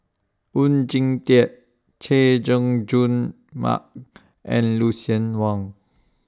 Oon Jin Teik Chay Jung Jun Mark and Lucien Wang